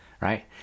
right